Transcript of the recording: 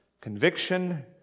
conviction